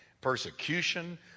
persecution